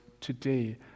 today